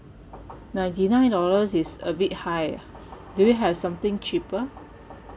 ninety nine dollars is a bit high ah do you have something cheaper